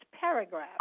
paragraph